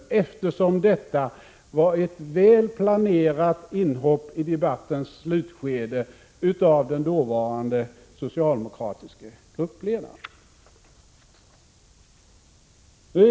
Detta var nämligen ett välplanerat inhopp i debattens slutskede av den dåvarande socialdemokratiske gruppledaren.